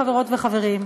חברות וחברים,